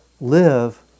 live